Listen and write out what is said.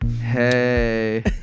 Hey